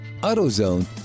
AutoZone